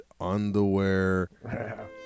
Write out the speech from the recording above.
Underwear